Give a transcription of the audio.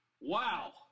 wow